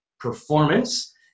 performance